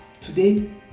Today